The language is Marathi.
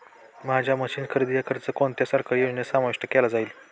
माझ्या मशीन्स खरेदीचा खर्च कोणत्या सरकारी योजनेत समाविष्ट केला जाईल?